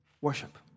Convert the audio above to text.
worship